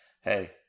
hey